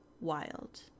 wild